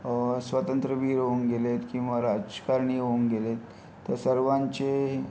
स्वातंत्र्यवीर होऊन गेलेत किंवा राजकारणी होऊन गेलेत त्या सर्वांचे